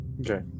okay